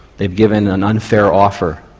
they've given an unfair offer.